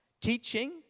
teaching